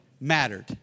mattered